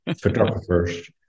photographers